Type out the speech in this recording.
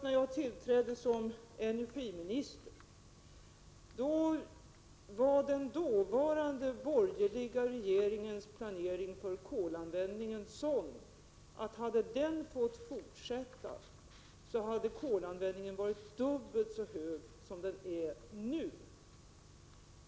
När jag tillträdde som energiminister var den dåvarande borgerliga regeringens planering för kolanvändningen sådan att hade den fått fortsätta skulle kolanvändningen ha varit dubbelt så hög som den nu är.